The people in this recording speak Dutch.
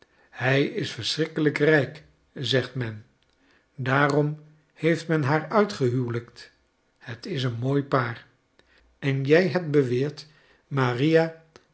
hij is verschrikkelijk rijk zegt men daarom heeft men haar uitgehuwelijkt het is een mooi paar en jij hebt beweerd maria